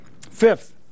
Fifth